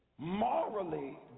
Morally